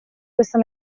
questa